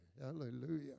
Hallelujah